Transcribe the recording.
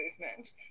movement